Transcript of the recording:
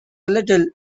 little